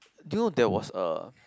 do you know there was a